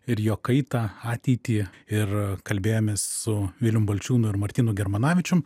ir jo kaitą ateitį ir kalbėjomės su vilium balčiūnu ir martynu germanavičium